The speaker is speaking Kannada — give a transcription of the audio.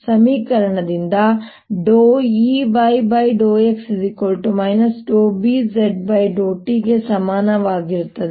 ಈಗ ಸಮೀಕರಣದಿಂದ Ey∂x Bz∂t ಗೆ ಸಮನಾಗಿರುತ್ತದೆ